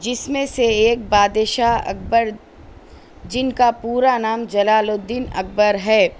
جس میں سے ایک بادشاہ اكبر جن كا پورا نام جلال الدين اكبر ہے